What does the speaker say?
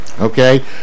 Okay